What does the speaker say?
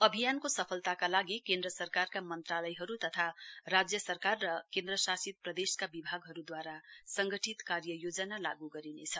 अभियानको सफलताका लागि केन्द्र सरकारका मन्त्रालयहरू तथा राज्य सरकार र केन्द्रशासित प्रदेशका विभागहरूद्वारा संगठित कार्ययोजना लागू गरिनेछ